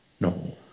no